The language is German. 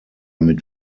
mit